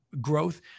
growth